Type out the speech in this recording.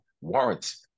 warrants